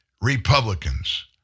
Republicans